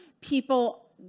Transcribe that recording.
people